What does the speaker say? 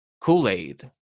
Kool-Aid